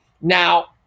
Now